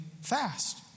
fast